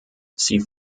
sie